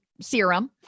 serum